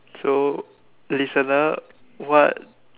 so listener what